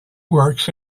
works